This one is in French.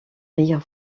rire